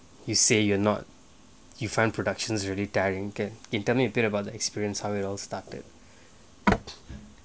you say you are not you find productions really tiring you can tell me all about the experience how it all started